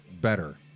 better